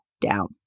down